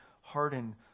hardened